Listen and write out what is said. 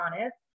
honest